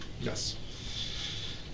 Yes